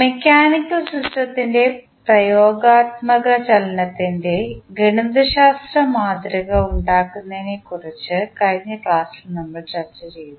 mechanical സിസ്റ്റത്തിൻറെ പ്രയോഗാത്മക ചലനത്തിൻറെ ഗണിതശാസ്ത്ര മാതൃക ഉണ്ടാക്കുന്നതിനെകുറിച്ചു കഴിഞ്ഞ ക്ലാസ്സിൽ നമ്മൾ ചർച്ചചെയ്തു